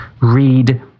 read